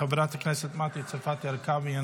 חברת הכנסת מטי צרפתי הרכבי,